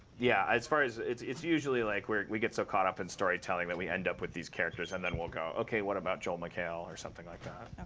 yeah as far as it's it's usually like, we get so caught up in storytelling that we end up with these characters. and then we'll go, ok, what about joel mchale? or something like that.